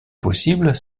possibles